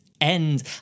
End